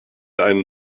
einen